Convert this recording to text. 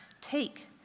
take